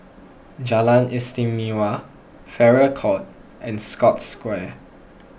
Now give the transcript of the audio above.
Jalan Istimewa Farrer Court and Scotts Square